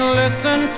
listen